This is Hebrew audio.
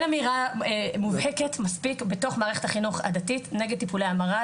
אמירה מובהקת מספיק בתוך מערכת החינוך הדתית נגד טיפולי המרה,